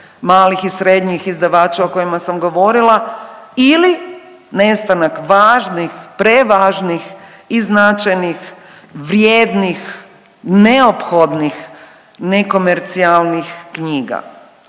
malih i srednjih izdavača o kojima sam govorila ili nestanak važnih, prevažnih i značajnih, vrijednih, neophodnih, nekomercijalnih knjiga.